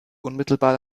unmittelbar